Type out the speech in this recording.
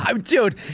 Dude